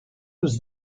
was